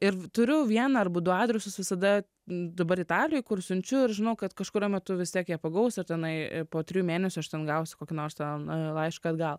ir turiu vieną arba du adresus visada dabar italijoj kur siunčiu ir žinau kad kažkuriuo metu vis tiek jie pagaus ir tenai po trijų mėnesių aš ten gausiu kokį nors ten laišką atgal